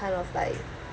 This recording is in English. kind of like